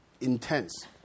intense